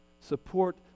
Support